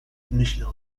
myślał